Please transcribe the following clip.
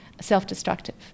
self-destructive